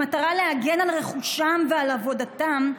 במטרה להגן על רכושם ועל עבודתם,